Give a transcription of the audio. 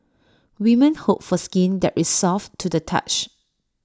women hope for skin that is soft to the touch